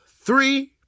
three